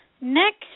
next